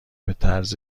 بطرز